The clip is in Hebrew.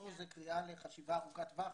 זו קריאה לחשיבה ארוכת טווח